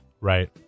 Right